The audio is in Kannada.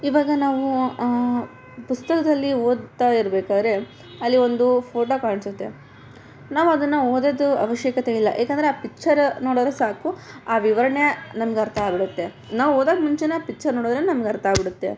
ಇವಾಗ ನಾವು ಪುಸ್ತಕದಲ್ಲಿ ಓದ್ತಾ ಇರಬೇಕಾದ್ರೆ ಅಲ್ಲಿ ಒಂದು ಫೋಟೋ ಕಾಣಿಸುತ್ತೆ ನಾವು ಅದನ್ನು ಓದೋದು ಅವಶ್ಯಕತೆ ಇಲ್ಲ ಯಾಕಂದರೆ ಆ ಪಿಚ್ಚರ ನೋಡಿದ್ರೆ ಸಾಕು ಆ ವಿವರಣೆ ನಮ್ಗೆ ಅರ್ಥ ಆಗಿ ಬಿಡುತ್ತೆ ನಾವು ಓದೋದ ಮುಂಚೆಯೇ ಆ ಪಿಕ್ಚರ್ ನೋಡಿದ್ರೆ ನಮ್ಗೆ ಅರ್ಥ ಆಗಿ ಬಿಡುತ್ತೆ